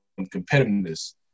competitiveness